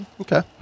Okay